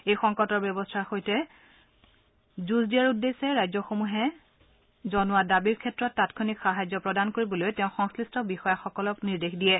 এই সংকটৰ ব্যৱস্থাৰ সৈতে যুজ দিয়াৰ উদ্দেশ্যে ৰাজ্যসমূহে জনোৱাৰ দাবীৰ ক্ষেত্ৰত তাংক্ষণিক সাহাৰ্য প্ৰদান কৰিবলৈ তেওঁ সংমিষ্ট বিষয়াসকলক নিৰ্দেশ দিয়ে